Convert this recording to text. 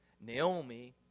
Naomi